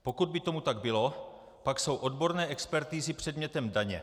Pokud by tomu tak bylo, pak jsou odborné expertizy předmětem daně.